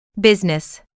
Business